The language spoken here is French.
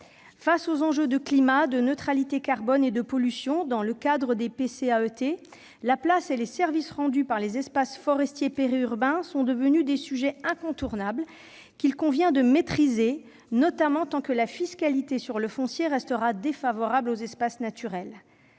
Face aux enjeux de climat, de neutralité carbone et de pollution, dans le cadre des PCAET, la place et les services rendus par les espaces forestiers sont devenus des sujets incontournables, qu'il convient de maîtriser, notamment tant que la fiscalité sur le foncier restera défavorable aux espaces naturels.